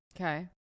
Okay